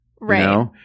right